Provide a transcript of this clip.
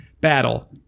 battle